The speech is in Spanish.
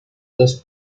dos